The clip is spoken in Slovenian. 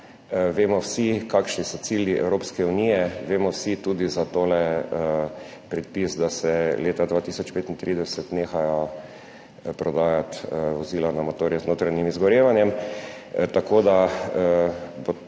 vemo vsi, kakšni so cilji Evropske unije, vemo vsi tudi za predpis, da se leta 2035 nehajo prodajati vozila na motorje z notranjim izgorevanjem, tako da bo